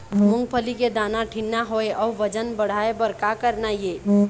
मूंगफली के दाना ठीन्ना होय अउ वजन बढ़ाय बर का करना ये?